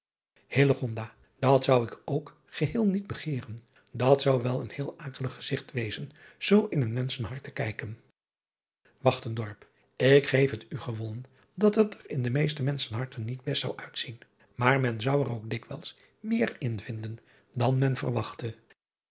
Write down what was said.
at zou ik ook geheel niet begeeren at zou wel een heel akelig gezigt wezen zoo in een menschen hart te kijken k geef het u gewonnen dat het er in de meeste menschen harten niet best zou uitzien maar men zou er ook dikwijls meer in vinden dan men verwachtte